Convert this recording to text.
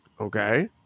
okay